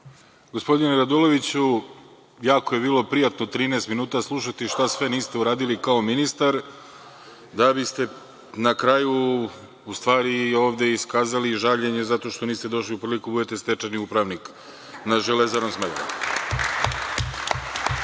Gospodine Raduloviću, jako je bilo prijatno 13 minuta slušati šta sve niste uradili kao ministar, da biste na kraju ovde iskazali žaljenje što niste došli u priliku da budete stečajni upravnik nad „Železarom“